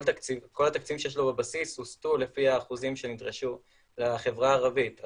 התקציבים שיש לו בבסיס הוסטו לפי האחוזים שנדרשו לחברה הערבית.